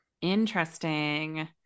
interesting